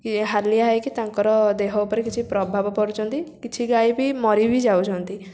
ହାଲିଆ ହେଇକି ତାଙ୍କର ଦେହ ଉପରେ କିଛି ପ୍ରଭାବ ପଡ଼ୁଛନ୍ତି କିଛି ଗାଈ ବି ମରି ବି ଯାଉଛନ୍ତି